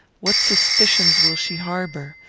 what suspicions will she harbour?